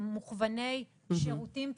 מוכווני שירותים ציבוריים,